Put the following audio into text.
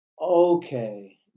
Okay